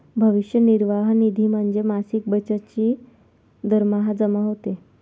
भविष्य निर्वाह निधी म्हणजे मासिक बचत जी दरमहा जमा होते